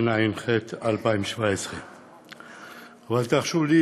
התשע"ח 2017. אבל תרשו לי